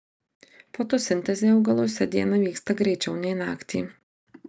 fotosintezė augaluose dieną vyksta greičiau nei naktį